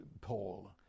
Paul